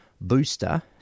booster